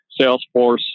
Salesforce